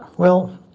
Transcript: well,